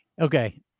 Okay